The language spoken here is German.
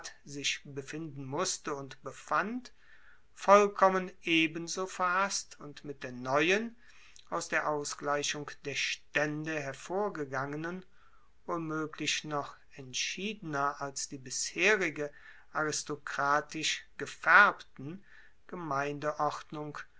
sich befinden musste und befand vollkommen ebenso verhasst und mit der neuen aus der ausgleichung der staende hervorgegangenen womoeglich noch entschiedener als die bisherige aristokratisch gefaerbten